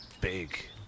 big